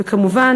וכמובן,